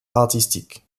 artistique